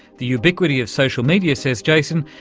the ubiquity of social media, says jason,